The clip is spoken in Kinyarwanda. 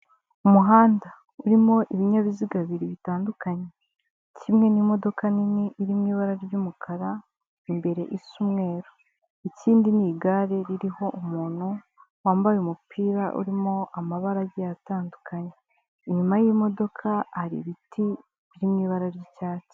Umuhanda urimo ibinyabiziga bibiri bitandukanye, kimwe ni imodoka nini iri mu ibara ry'umukara imbere isa umweru ikindi ni igare ririho umuntu wambaye umupira urimo amabarage atandukanye, inyuma y'imodoka hari ibiti biri mu ibara ry'icyatsi.